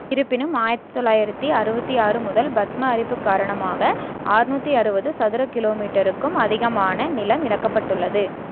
இருப்பினும் ஆயிரத்தி தொளாயிரத்தி அறுபத்தி ஆறு முதல் பத்ம அரிப்பு காரணமாக ஆறுநூற்றி அறுபது சதுர கிலோமீட்டருக்கும் அதிகமான நிலம் இழக்கப்பட்டுள்ளது